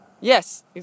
Yes